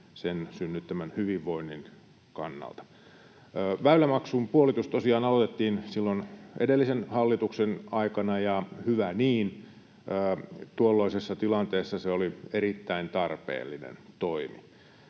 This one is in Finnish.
sen synnyttämän hyvinvoinnin kannalta. Väylämaksun puolitus tosiaan aloitettiin silloin edellisen hallituksen aikana, ja hyvä niin. Tuollaisessa tilanteessa se oli erittäin tarpeellinen toimi.